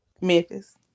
Memphis